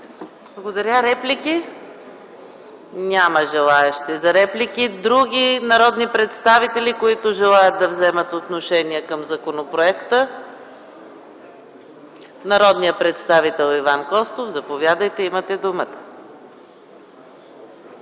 Благодаря. Реплики? Няма желаещи. Има ли други народни представители, които желаят да вземат отношение към законопроекта? Народният представител Иван Костов - заповядайте, имате думата.